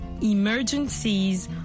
emergencies